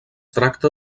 tracta